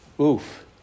Oof